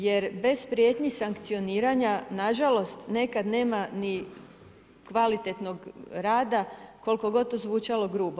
Jer bez prijetnji sankcioniranja, nažalost, nekada nema ni kvalitetnog rada, koliko god to zvučalo grubo.